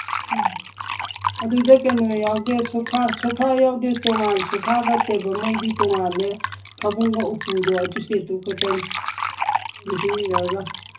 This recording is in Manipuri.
ꯎꯝ ꯑꯗꯨꯗ ꯀꯩꯅꯣ ꯌꯥꯎꯗꯦ ꯁꯣꯐꯥ ꯁꯣꯐꯥ ꯌꯥꯎꯗꯦ ꯇꯣꯉꯥꯟ ꯁꯣꯐꯥꯒ ꯇꯦꯕꯜꯒ ꯃꯣꯏꯗꯤ ꯇꯣꯉꯥꯜꯂꯦ ꯐꯃꯨꯡꯒ ꯎꯄꯨꯗꯣ ꯑꯗꯨ ꯁꯦꯠꯇꯨꯈꯛꯇꯅꯤ ꯗ꯭ꯔꯦꯁꯤꯡ ꯃꯤꯔꯒ